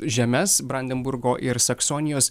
žemes brandenburgo ir saksonijos